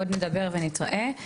עוד נדבר ונתראה.